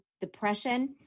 Depression